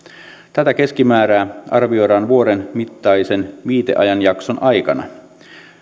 tätä keskimäärää arvioidaan vuoden mittaisen viiteajanjakson aikana